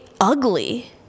ugly